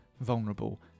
vulnerable